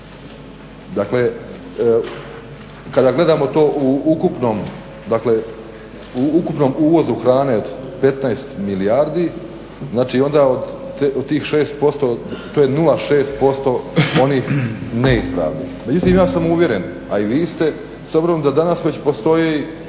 Dakle kada gledamo to u ukupnom uvozu hrane od 15 milijardi, znači onda od th 6% to je 0,6% onih neispravnih. Međutim ja sam uvjeren a i vi ste, s obzirom da danas već postoji